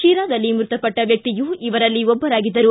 ಶಿರಾದಲ್ಲಿ ಮೃತಪಟ್ಟ ವ್ಯಕ್ತಿಯು ಇವರಲ್ಲಿ ಒಬ್ಬರಾಗಿದ್ದರು